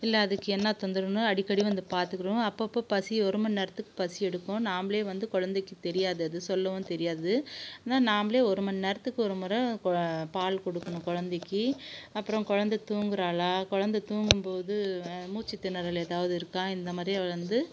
இல்லை அதுக்கு என்ன தொந்தரவுன்னு அடிக்கடி வந்து பார்த்துக்குணும் அப்பப்போ பசி ஒரு மணி நேரத்துக்கு பசி எடுக்கும் நாம்மளே வந்து குழந்தைக்கு தெரியாது அது சொல்லவும் தெரியாது ந நாம்மளே ஒரு மணி நேரத்துக்கு ஒரு முறை கு பால் குடுக்கணும் குழந்தைக்கி அப்புறோம் குழந்த தூங்குறாளா குழந்த தூங்கும்போது மூச்சு தினறல் ஏதாவது இருக்கா இந்தமாதிரி வந்து